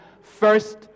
first